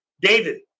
David